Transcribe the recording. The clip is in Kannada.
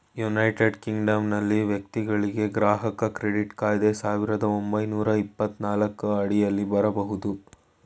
ಯುನೈಟೆಡ್ ಕಿಂಗ್ಡಮ್ನಲ್ಲಿ ವ್ಯಕ್ತಿಗಳ್ಗೆ ಗ್ರಾಹಕ ಕ್ರೆಡಿಟ್ ಕಾಯ್ದೆ ಸಾವಿರದ ಒಂಬೈನೂರ ಎಪ್ಪತ್ತನಾಲ್ಕು ಅಡಿಯಲ್ಲಿ ಬರಬಹುದು